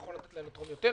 נכון לתת להן לתרום יותר.